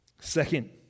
Second